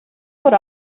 would